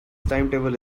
timetable